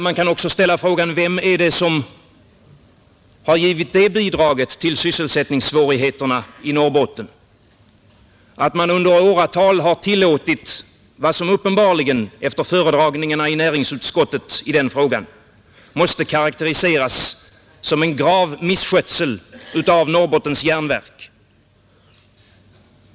Man kan också ställa frågan: Vem är det som har givit det bidraget till sysselsättningssvårigheterna i Norrbotten att man under åratal har tillåtit vad som uppenbarligen — efter föredragningarna i näringsutskottet i den frågan — måste karakteriseras som en grav misskötsel av Norrbottens Järnverk?